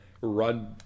run